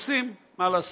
עושים, מה לעשות,